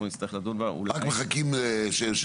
אנחנו נצטרך לדון בה --- רק מחכים שבבחירות,